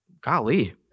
golly